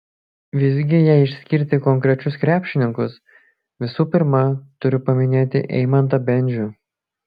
visgi jei išskirti konkrečius krepšininkus visų pirma turiu paminėti eimantą bendžių